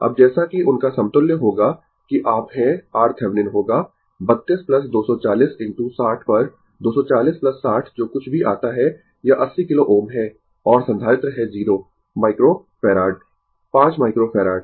अब जैसा कि उनका समतुल्य होगा कि आप है RThevenin होगा 32 240 इनटू 60 पर 240 60 जो कुछ भी आता है यह 80 किलो Ω है और संधारित्र है 0 माइक्रोफैराड 5 माइक्रोफैराड